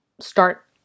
start